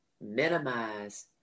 minimize